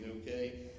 okay